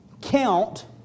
count